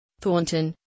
Thornton